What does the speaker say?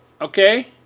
Okay